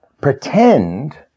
pretend